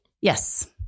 Yes